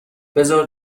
بذار